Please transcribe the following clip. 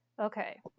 okay